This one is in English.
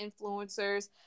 influencers